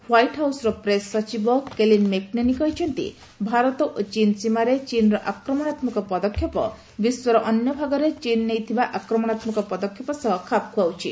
white ହାଉସ୍ର press ସଚିବ Kayleigh McEnany କହିଛନ୍ତି ଭାରତ ଓ ଚୀନ୍ ସୀମାରେ ଚୀନ୍ର ଆକ୍ରମଣାତ୍ମକ ପଦକ୍ଷେପ ବିଶ୍ୱର ଅନ୍ୟଭାଗରେ ଚୀନ୍ ନେଇଥିବା ଆକ୍ରମଣାତ୍ମକ ପଦକ୍ଷେପ ସହ ଖାପ ଖୁଆଉଛି